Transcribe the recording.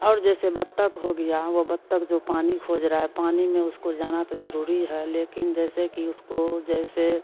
और जैसे बत्तख हो गया वह बत्तख जो पानी खोज रहा है पानी में उसको जाना तो ज़रूरी है लेकिन जैसे कि उसको जैसे